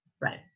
Right